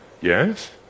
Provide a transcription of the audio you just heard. Yes